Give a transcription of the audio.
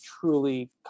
truly